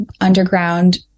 underground